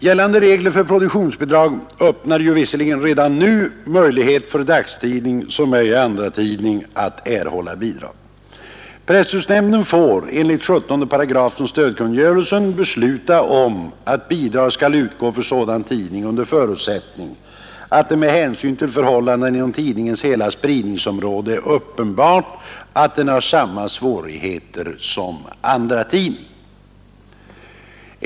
Gällande regler för produktionsbidrag öppnar redan nu viss möjlighet för dagstidning, som ej är andratidning, att erhålla bidrag. Presstödsnämnden får enligt 17 8 stödkungörelsen besluta om att bidrag skall utgå för sådan tidning under förutsättning att ”det med hänsyn till förhållandena inom tidningens hela spridningsområde är uppenbart att den har samma svårigheter som en andratidning”.